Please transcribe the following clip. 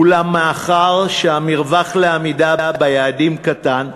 אולם מאחר שהמרווח לעמידה ביעדים קטן,